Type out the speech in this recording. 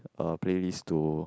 uh playlist to